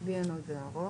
לי אין עוד הערות.